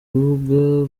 urubuga